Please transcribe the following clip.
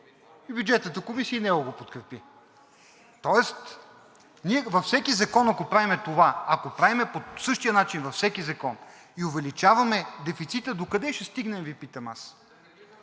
и Бюджетната комисия и него го подкрепи. Тоест ние във всеки закон, ако правим това, ако правим по същия начин във всеки закон и увеличаваме дефицита, докъде ще стигнем, Ви питам аз.